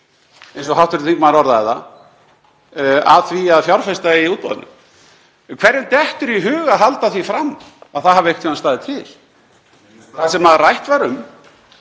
eins og hv. þingmaður orðaði það, að fjárfesta í útboðinu. Hverjum dettur í hug að halda því fram að það hafi einhvern tímann staðið til? Það sem rætt var um